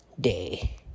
day